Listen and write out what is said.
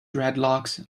dreadlocks